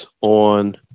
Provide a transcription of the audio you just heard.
on